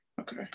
Okay